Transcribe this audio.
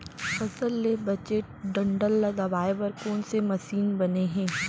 फसल के बचे डंठल ल दबाये बर कोन से मशीन बने हे?